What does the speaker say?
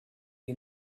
you